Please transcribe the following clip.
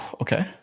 okay